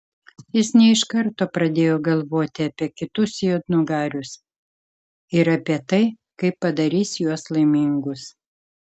jis ne iš karto pradėjo galvoti apie kitus juodnugarius ir apie tai kaip padarys juos laimingus